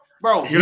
bro